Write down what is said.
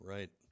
Right